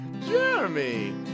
Jeremy